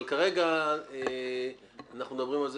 אבל כרגע אנחנו מדברים על זה